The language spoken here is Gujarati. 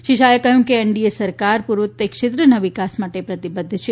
શ્રી શાહે કહ્યું કે એનડીએ સરકાર પૂર્વોત્તર ક્ષેત્રના વિકાસ માટે પ્રતિબદ્ધ છે